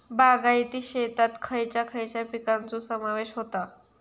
बागायती शेतात खयच्या खयच्या पिकांचो समावेश होता?